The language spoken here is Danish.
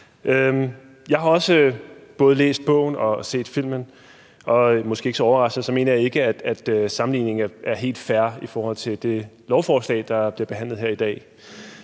Jeg har også både læst bogen og set filmen, og måske ikke så overraskende mener jeg ikke, at sammenligningen er helt fair i forhold til det lovforslag, der bliver behandlet i dag.